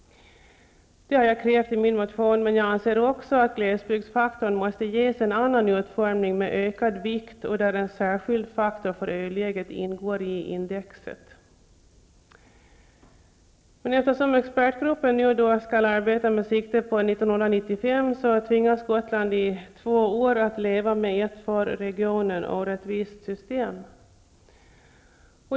Det har jag krävt i min motion, men jag anser också att glesbygdsfaktorn måste ges en annan utformning med ökad vikt och där en särskild faktor för ö-läget ingår i indexet. Men eftersom expertgruppen skall arbeta med sikte på 1995 så tvingas Gotland nu i två år att leva med ett för regionen orättvist system.